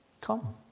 Come